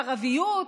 ערביות,